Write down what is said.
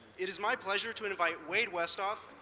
it is my pleasure to invite wade westhoff,